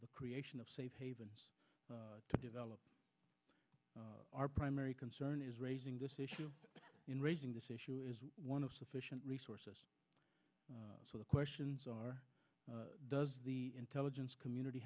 the creation of safe havens to develop our primary concern is raising this issue in raising this issue is one of sufficient resources so the questions are does the intelligence community